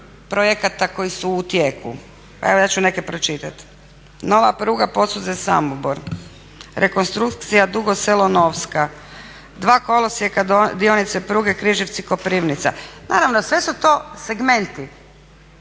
projekta koji su u tijeku. Pa evo ja ću neke pročitati. Nova pruga Podsused-Samobor, rekonstrukcija Dugo selo-Novska, dva kolosijeka dionice pruge Križevci-Koprivnica. Naravno sve su to segmenti,